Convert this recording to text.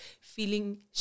feeling